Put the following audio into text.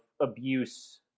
abuse